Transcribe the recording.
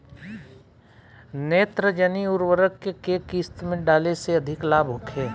नेत्रजनीय उर्वरक के केय किस्त में डाले से अधिक लाभ होखे?